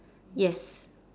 yes